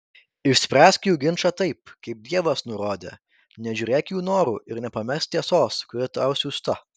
išspręsk jų ginčą taip kaip dievas nurodė nežiūrėk jų norų ir nepamesk tiesos kuri tau siųsta